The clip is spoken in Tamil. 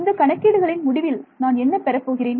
இந்த கணக்கீடுகளின் முடிவில் நான் என்ன பெற போகிறேன்